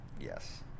Yes